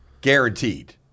guaranteed